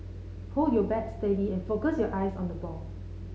hold your bat steady and focus your eyes on the ball